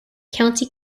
county